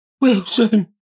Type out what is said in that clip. Wilson